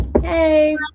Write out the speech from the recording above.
hey